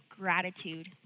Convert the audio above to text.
gratitude